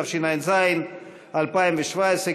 התשע"ו 2017,